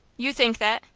you think that?